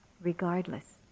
regardless